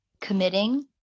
committing